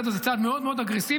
זה צעד מאוד מאוד אגרסיבי,